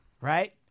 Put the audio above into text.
Right